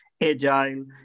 agile